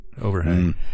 overhang